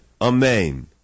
Amen